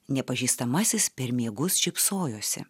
nepažįstamasis per miegus šypsojosi